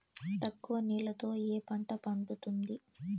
తక్కువ నీళ్లతో ఏ పంట పండుతుంది?